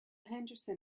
henderson